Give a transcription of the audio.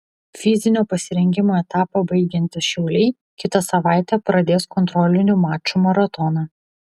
fizinio pasirengimo etapą baigiantys šiauliai kitą savaitę pradės kontrolinių mačų maratoną